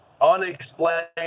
unexplained